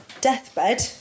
deathbed